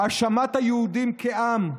האשמת היהודים כעם,